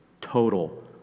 Total